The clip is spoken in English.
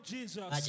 Jesus